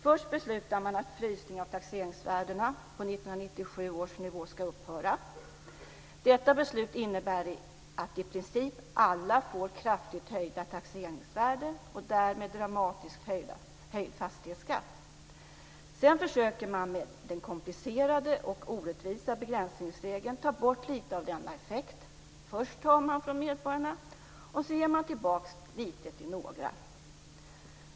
Först beslutar man att frysningen av taxeringsvärdena på 1997 års nivå ska upphöra. Detta beslut innebär att i princip alla får kraftigt höjda taxeringsvärden och därmed dramatiskt höjd fastighetsskatt. Sedan försöker man med den komplicerade och orättvisa begränsningsregeln ta bort lite av denna effekt. Först tar man från medborgarna, sedan ger man tillbaka lite till några.